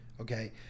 Okay